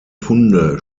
funde